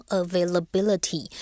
availability